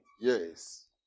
Yes